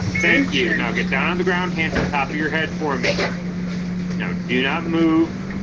thank you now get down on the ground hands on top of your head for me no do not move